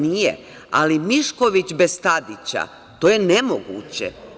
Nije, ali Mišković bez Tadića, to je nemoguće.